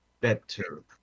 better